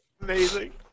Amazing